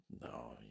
No